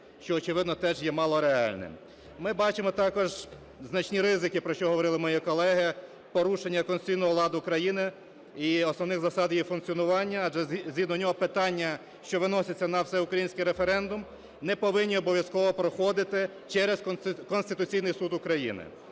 що очевидно теж є мало реальним. Ми бачимо також значні ризики, про що говорили мої колеги, порушення конституційного ладу країни і основних засад її функціонування, адже згідно нього питання, що виносяться на всеукраїнський референдум, не повинні обов'язково проходити через Конституційний Суд України.